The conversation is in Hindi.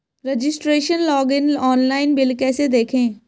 रजिस्ट्रेशन लॉगइन ऑनलाइन बिल कैसे देखें?